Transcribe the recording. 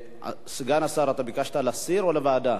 סגן השר, אתה ביקשת להסיר או לוועדה?